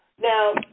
Now